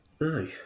aye